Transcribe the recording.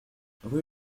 rue